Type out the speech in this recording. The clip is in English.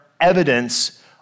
evidence